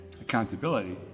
accountability